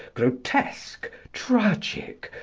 grotesque, tragic,